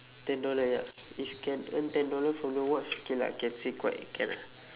ten dollar ya if can earn ten dollar from the watch okay lah can say quite can lah